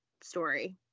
story